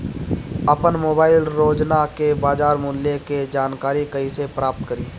आपन मोबाइल रोजना के बाजार मुल्य के जानकारी कइसे प्राप्त करी?